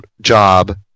job